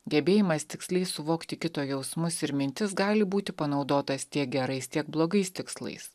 gebėjimas tiksliai suvokti kito jausmus ir mintis gali būti panaudotas tiek gerais tiek blogais tikslais